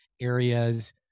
areas